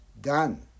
done